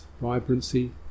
vibrancy